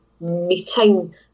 meeting